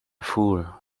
fool